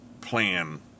plan